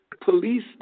police